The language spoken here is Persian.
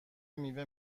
میوه